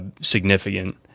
significant